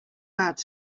waard